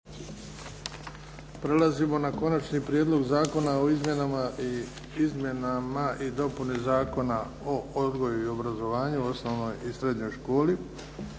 Luka (HDZ)** - Prijedlog zakona o izmjenama i dopuni Zakona o odgoju i obrazovanju u osnovnoj i srednjoj školi,